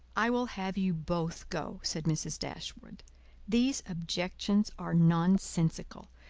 i will have you both go, said mrs. dashwood these objections are nonsensical.